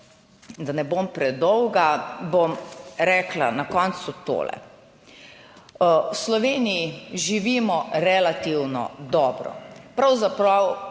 Da ne bom predolga, bom rekla na koncu tole, v Sloveniji živimo relativno dobro, pravzaprav